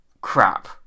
crap